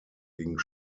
ging